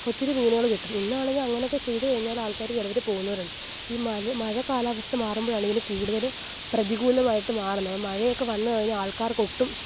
ഒത്തിരി മീനുകള് കിട്ടും ഇന്നാണെങ്കിൽ അങ്ങനെയൊക്കെ ചെയ്തു കഴിഞ്ഞാല് ആള്ക്കാർ ചിലവർ പോകുന്നവരുണ്ട് ഈ മല മഴ കാലാവസ്ഥ മാറുമ്പോഴാണ് ഇതിനു കൂടുതൽ പ്രതികൂലമായിട്ടു മാറുന്നത് മഴയൊക്കെ വന്നുകഴിഞ്ഞാൽ ആള്ക്കാര്ക്കൊട്ടും